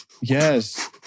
yes